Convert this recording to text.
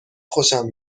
خوشم